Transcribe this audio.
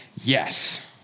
yes